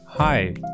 Hi